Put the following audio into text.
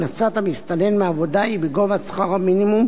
הכנסת המסתנן מעבודה היא בגובה שכר המינימום